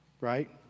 right